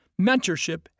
mentorship